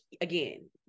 again